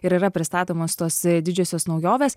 ir yra pristatomos tos didžiosios naujovės